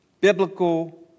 biblical